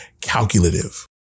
calculative